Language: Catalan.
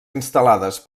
instal·lades